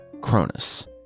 Cronus